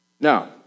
Now